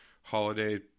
holiday